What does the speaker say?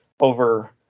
over